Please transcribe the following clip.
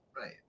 Right